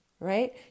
right